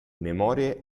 memorie